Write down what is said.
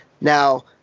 Now